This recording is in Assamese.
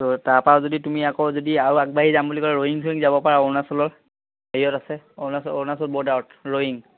ত' তাৰ পৰা যদি তমি আকৌ যদি আগবাঢ়ি যাম বুলি কলে ৰয়িং চয়িং যাব পাৰা অৰুণাচলৰ হেৰিয়ত আছে অৰুণাচল অৰুণাচল বৰ্ডাৰত ৰয়িং